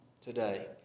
today